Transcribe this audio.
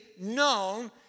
known